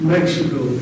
Mexico